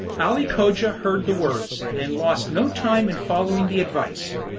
ali cogia heard the words, and lost no time in following the advice.